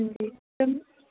हां जी